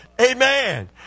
Amen